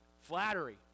Flattery